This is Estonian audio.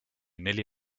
neli